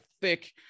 thick